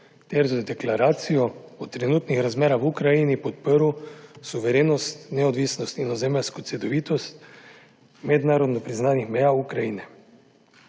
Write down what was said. ter z deklaracijo o trenutnih razmerah v Ukrajini podprl suverenost, neodvisnost in ozemeljsko celovitost mednarodno priznanih meja Ukrajine.